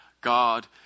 God